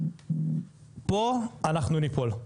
פה אנחנו ניפול.